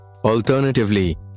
Alternatively